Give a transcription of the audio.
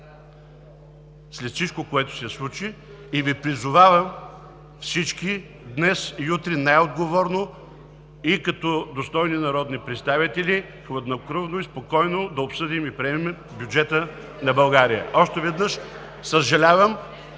След всичко, което се случи, Ви призовавам всички днес и утре най-отговорно и като достойни народни представители хладнокръвно и спокойно да обсъдим и приемем бюджета на България. Още веднъж – съжалявам!